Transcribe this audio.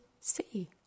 see